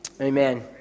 amen